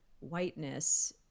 whiteness